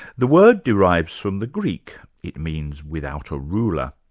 the word derives from the greek, it means without a ruler,